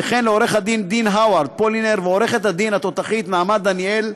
וכן לעורך-הדין הווארד פולינר ועורכת-הדין התותחית נעמה דניאל,